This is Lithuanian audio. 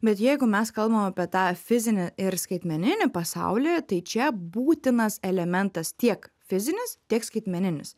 bet jeigu mes kalbam apie tą fizinį ir skaitmeninį pasaulį tai čia būtinas elementas tiek fizinis tiek skaitmeninis